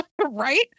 Right